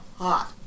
hot